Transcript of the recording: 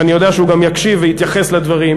ואני יודע שהוא גם יקשיב ויתייחס לדברים,